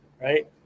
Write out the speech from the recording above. right